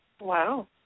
Wow